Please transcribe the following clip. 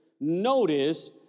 Notice